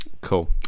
Cool